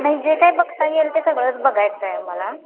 नाही जे काय बघता येईल ते सगळंच बघायचं आहे मला